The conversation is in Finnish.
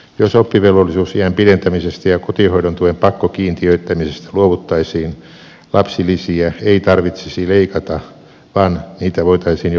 jos oppivelvollisuusiän pidentämisestä ja kotihoidon tuen pakkokiintiöittämisestä luovuttaisiin lapsilisiä ei tarvitsisi leikata vaan niitä voitaisiin jopa kasvattaa